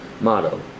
motto